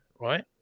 right